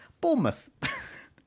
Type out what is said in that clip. bournemouth